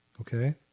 Okay